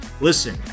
Listen